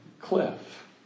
cliff